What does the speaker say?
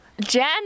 Jen